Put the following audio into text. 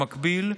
במקביל,